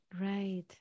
Right